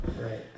right